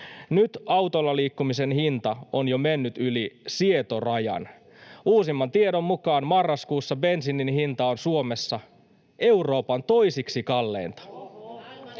Nyt autolla liikkumisen hinta on jo mennyt yli sietorajan. Uusimman tiedon mukaan marraskuussa bensiini oli Suomessa Euroopan toiseksi kalleinta.